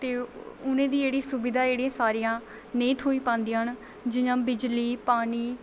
ते उ'नें गी जेह्ड़ी सुबिधा न सारियां नेईं थ्होई पांदियां न जि'यां बिजली पानी